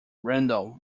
randall